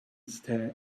stare